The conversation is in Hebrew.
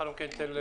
אחריו ידברו